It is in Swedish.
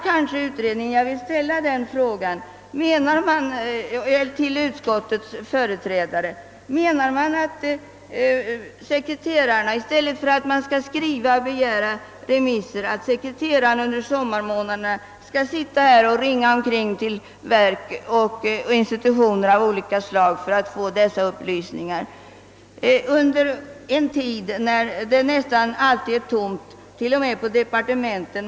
Jag vill i detta sammanhang ställa följande fråga till utskottets företrädare: Är det avsikten att nuvarande remissförfarande skall ersättas med att utskottens sekreterare under sommarmånaderna skall ringa omkring till verk och institutioner av olika slag för att erhålla de upplysningar som nu inhämtas genom remissförfarandet och att de skall göra detta under en tid när det nästan alltid är tomt t.o.m. i departementen?